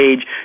age